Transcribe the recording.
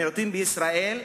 המיעוטים בישראל,